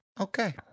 Okay